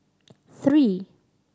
three